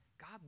God